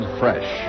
fresh